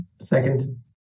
Second